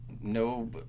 No